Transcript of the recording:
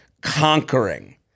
conquering